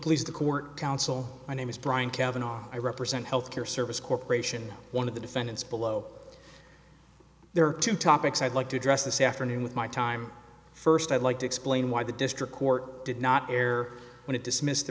please the court counsel my name is brian kavanagh i represent health care service corporation one of the defendants below there are two topics i'd like to address this afternoon with my time first i'd like to explain why the district court did not air when it dismissed t